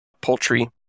poultry